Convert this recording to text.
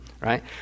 right